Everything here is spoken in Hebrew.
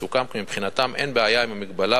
סוכם כי מבחינתם אין בעיה עם ההגבלה,